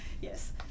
Yes